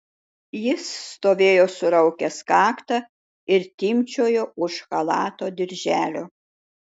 jis stovėjo suraukęs kaktą ir timpčiojo už chalato dirželio